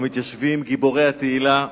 המתיישבים גיבורי התהילה,